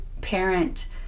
parent